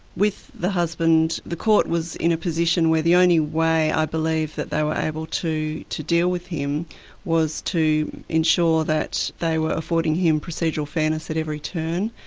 with the husband, the court was in a position where the only way i believe that they were able to to deal with him was to ensure that they were affording him procedural fairness at every turn,